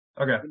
okay